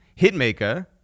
Hitmaker